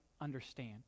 understand